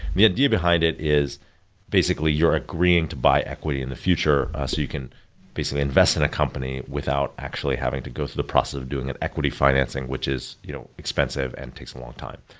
the idea behind is basically you're agreeing to buy equity in the future so you can basically invest in a company without actually having to go through the process of doing an equity financing which is you know expensive and takes a long time.